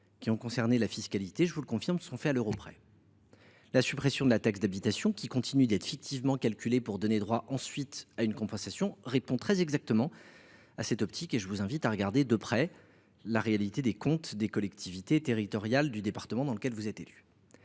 qui ont concerné la fiscalité – je vous le confirme – se sont faites à l’euro près. La suppression de la taxe d’habitation, laquelle continue d’être calculée fictivement pour donner droit ensuite à compensation, correspond très exactement à cette perspective. Je vous invite, à cet égard, à examiner de près la réalité des comptes des collectivités territoriales du département dans lequel vous êtes élu